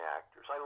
actors